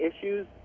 issues